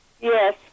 Yes